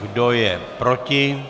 Kdo je proti?